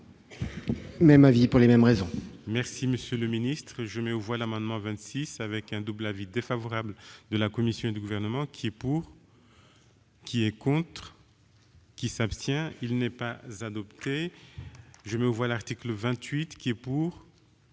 Même avis, pour les mêmes raisons